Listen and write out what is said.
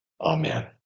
Amen